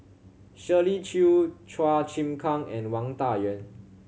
Shirley Chew Chua Chim Kang and Wang Dayuan